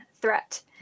threat